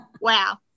wow